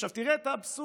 עכשיו תראה את האבסורד: